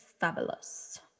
fabulous